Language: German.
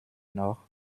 noch